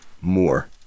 more